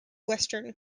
western